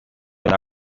with